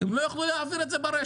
הם לא יוכלו להעביר את זה ברשת.